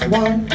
one